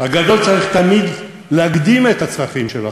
הגדול צריך תמיד להקדים את הצרכים של החלש.